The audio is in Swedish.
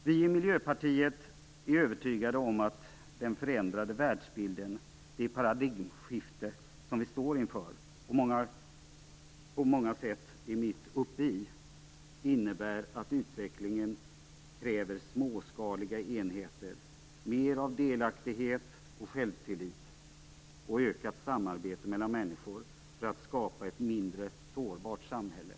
Vi i Miljöpartiet är övertygade om att den förändrade världsbilden - det paradigmskifte - som vi står inför, och på många sätt är mitt uppe i, innebär att utvecklingen kräver småskaliga enheter, mer av delaktighet och självtillit och ett ökat samarbete mellan människor för att skapa ett mindre sårbart samhälle.